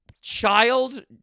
child